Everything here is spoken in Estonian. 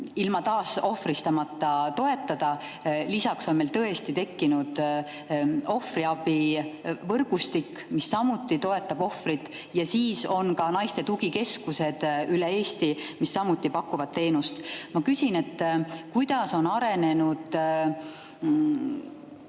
neid taasohvristamata toetada. Lisaks on meil tekkinud ohvriabivõrgustik, mis samuti toetab ohvrit, ja on ka naiste tugikeskused üle Eesti, mis samuti pakuvad teenust. Ma küsin, kuidas on arenenud